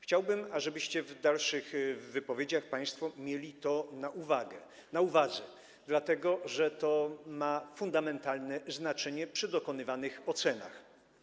Chciałbym, ażebyście w dalszych wypowiedziach mieli to państwo na uwadze, dlatego że to ma fundamentalne znaczenie przy dokonywanych ocenach.